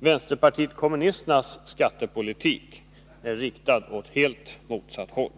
Vänsterpartiet kommunisternas skattepolitik är riktad åt helt motsatt håll.